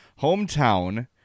Hometown